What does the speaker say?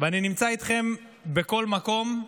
ואני נמצא איתכם בכל מקום,